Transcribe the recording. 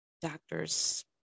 doctor's